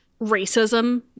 racism